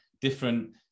different